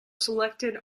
selected